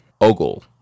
Ogle